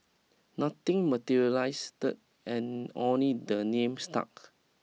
nothing materialised dirt and only the name stuck